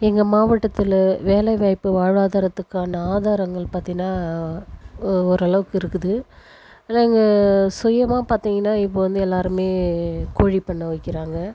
எங்கள் மாவட்டத்தில் வேலை வாய்ப்பு வாழ்வாதாரத்துக்கான ஆதாரங்கள் பார்த்தீன்னா ஒரு அளவுக்கு இருக்குது பிறகு சுயமாக பார்த்தீங்கன்னா இப்போ வந்து எல்லாருமே கோழி பண்ணை வைக்கிறாங்கள்